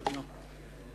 כנסת נכבדה,